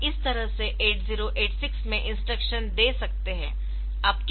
आप इस तरह से 8086 में इंस्ट्रक्शन दे सकते है